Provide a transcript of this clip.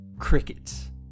crickets